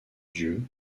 dieu